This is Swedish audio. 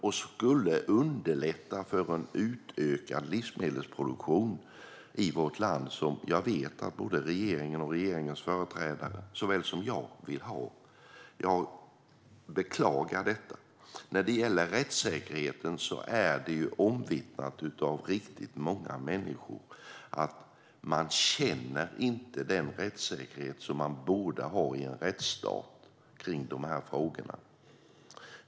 De skulle underlätta för en utökad livsmedelsproduktion i vårt land, som jag vet att såväl regeringens företrädare som jag vill ha. Jag beklagar detta. När det gäller rättssäkerheten är det omvittnat av riktigt många människor att de inte känner att de har den rättssäkerhet som de borde ha i en rättsstat i de här frågorna.